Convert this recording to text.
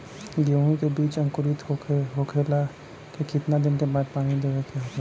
गेहूँ के बिज अंकुरित होखेला के कितना दिन बाद पानी देवे के होखेला?